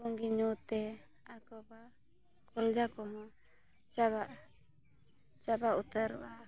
ᱯᱩᱸᱜᱤ ᱧᱩᱛᱮ ᱟᱠᱚᱣᱟᱜ ᱠᱚᱞᱡᱟ ᱠᱚᱦᱚᱸ ᱪᱟᱵᱟᱜ ᱪᱟᱵᱟ ᱩᱛᱟᱹᱨᱚᱜᱼᱟ